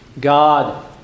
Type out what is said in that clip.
God